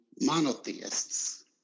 monotheists